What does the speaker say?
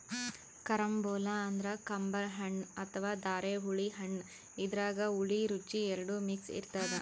carambola ಅಂದ್ರ ಕಂಬರ್ ಹಣ್ಣ್ ಅಥವಾ ಧಾರೆಹುಳಿ ಹಣ್ಣ್ ಇದ್ರಾಗ್ ಹುಳಿ ರುಚಿ ಎರಡು ಮಿಕ್ಸ್ ಇರ್ತದ್